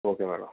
okay madam